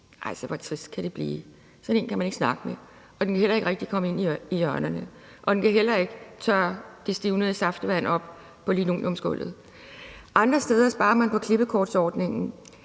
Altså, hvor trist kan det blive? Sådan en kan man ikke snakke med, og den kan heller ikke rigtig komme ind i hjørnerne, og den kan heller ikke tørre det stivnede saftevand på linoleumsgulvet op. Andre steder sparer man på klippekortordningen.